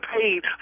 paid